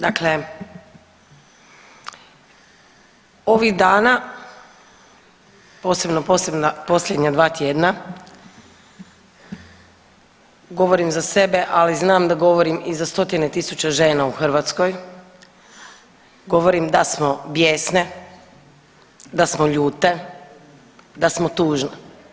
Dakle, ovih dana, posebno posljednja dva tjedna govorim za sebe, ali znam da govorim i za stotine tisuća žena u Hrvatskoj, govorim da smo bjesne, da smo ljute, da smo tužne.